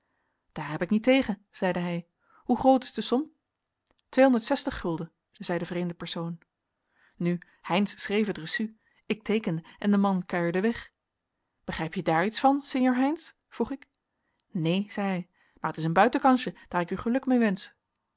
daar heb ik niet tegen zeide hij hoe groot is de som tweehonderd zestig gulden zei de vreemde persoon nu heynsz schreef het reçu ik teekende en de man kuierde weg begrijp je daar iets van sinjeur heynsz vroeg ik neen zei hij maar t is een buitenkansje daar ik u geluk mee